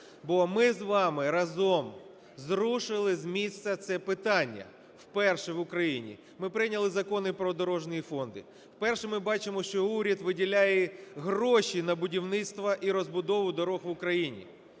Бо ми з вами разом зрушили з місця це питання вперше в Україні. Ми прийняли Закони про дорожні фонди, першими бачимо, що уряд виділяє гроші на будівництво і розбудову доріг в Україні.